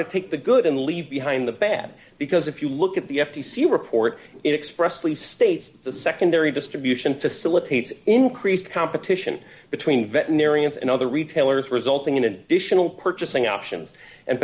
to take the good and leave behind the bad because if you look at the f t c report it expressly states the secondary distribution facilitates increased competition between veterinarians and other retailers resulting in additional purchasing options and